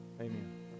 Amen